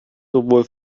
sowohl